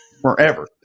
forever